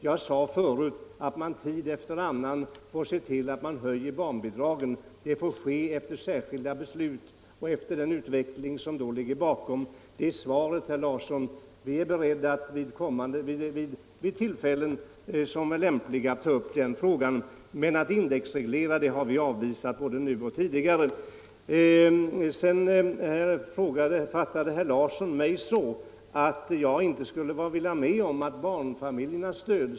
Jag sade förut att vi tid efter annan får höja barnbidragen efter särskilda beslut och med ledning av den utveckling som då ligger bakom. Vi är beredda att vid lämpliga tillfällen ta upp den frågan, men vi avvisar en indexreglering både nu och tidigare. Herr Larsson fattade mig så att jag inte vill stödja barnfamiljerna.